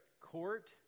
court